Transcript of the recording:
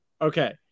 Okay